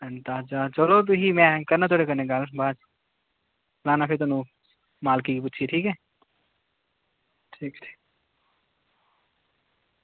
चलो तुही करने आं गल्ल थुआढ़े कन्नै बाद च सनाना में तुसेंगी मालकै गी पुच्छियै